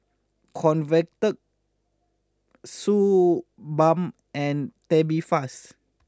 Convatec Suu Balm and Tubifast